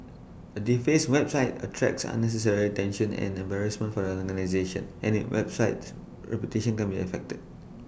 A defaced website attracts unnecessary attention and embarrassment for the organisation and IT websites reputation can be affected